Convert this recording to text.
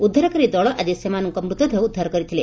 ଉଦ୍ଧାରକାରୀ ଦଳ ଆକି ସେମାନଙ୍କ ମୃତଦେହ ଉଦ୍ଧାର କରିଥିଲେ